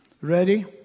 Ready